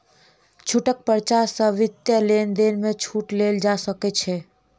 छूटक पर्चा सॅ वित्तीय लेन देन में छूट लेल जा सकै छै